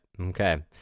Okay